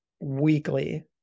weekly